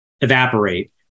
evaporate